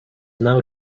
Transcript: now